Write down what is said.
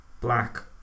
Black